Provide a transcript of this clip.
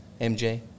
MJ